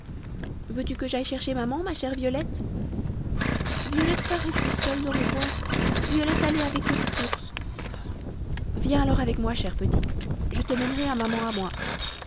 veux-tu que j'aille chercher maman ma chère violette violette pas rester seule dans le bois violette aller avec petit ours viens alors avec moi chère petite je te mènerai à maman à moi